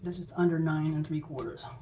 just under nine and three